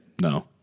No